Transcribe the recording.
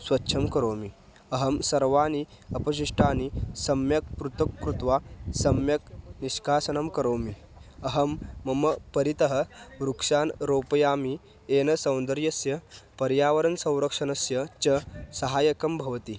स्वच्छं करोमि अहं सर्वाणि अपशिष्टानि सम्यक् पृथक् कृत्वा सम्यक् निष्कासनं करोमि अहं मां परितः वृक्षान् रोपयामि येन सौन्दर्यस्य पर्यावरणस्य संरक्षणस्य च सहायकं भवति